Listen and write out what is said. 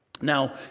Now